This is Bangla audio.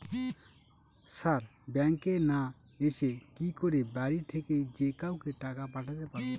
স্যার ব্যাঙ্কে না এসে কি করে বাড়ি থেকেই যে কাউকে টাকা পাঠাতে পারবো?